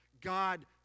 God